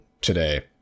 today